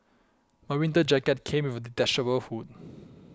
my winter jacket came with a detachable hood